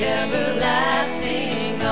everlasting